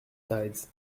tides